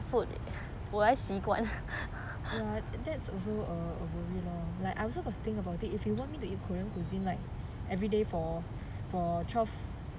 ya that that's also a worry loh like I also got to think about it if you want me to eat korean cuisine like everyday for for twelve